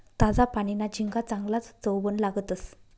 ताजा पानीना झिंगा चांगलाज चवबन लागतंस